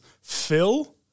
Phil